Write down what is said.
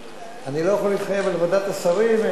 אני לא יכול להתחייב על ועדת השרים.